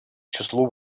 числу